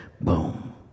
boom